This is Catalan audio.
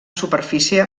superfície